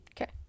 okay